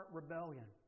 rebellion